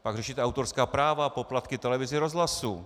Pak řešíte autorská práva, poplatky televizi, rozhlasu.